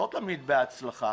לא תמיד בהצלחה,